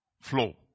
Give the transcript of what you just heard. flow